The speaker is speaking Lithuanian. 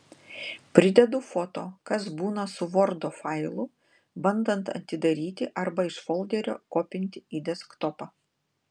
pridedu foto kas būna su vordo failu bandant atidaryti arba iš folderio kopinti į desktopą